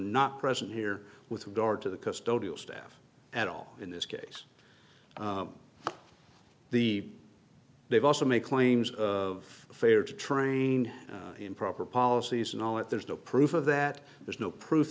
not present here with regard to the custody of staff at all in this case the they've also made claims of failure to train improper policies and all that there's no proof of that there's no proof